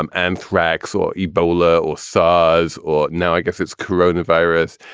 and anthrax or ebola or sores or no, i guess it's corona virus.